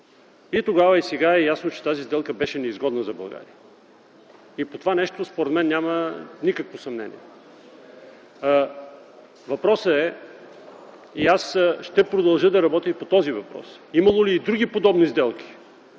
и тогава, и сега е ясно, че тази сделка беше неизгодна за България и по това нещо според мен няма никакво съмнение. Въпросът е, аз ще продължа да работя по него, имало ли е и други подобни сделки.